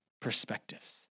perspectives